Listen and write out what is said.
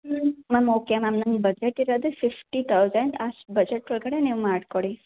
ಹ್ಞೂ ma'am okay ma'am ನಮ್ಮ budget ಇರೋದು ಫಿಫ್ಟಿ ತೌಸಂಡ್ ಅಷ್ಟು ಬಜೆಟ್ ಒಳಗಡೆ ನೀವು ಮಾಡಿ ಕೊಡಿ